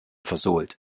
versohlt